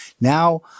Now